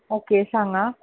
okay सांगा